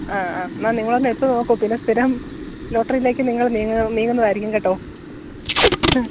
ആ ആ എന്നാൽ നിങ്ങളൊന്ന് എടുത്തു നോക്കു പിന്നെ സ്ഥിരം ലോട്ടറിയിലേക്ക് നിങ്ങൾ നീങ്ങുന്നതായിരിക്കും കേട്ടോ